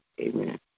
Amen